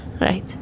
Right